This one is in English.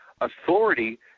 Authority